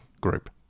group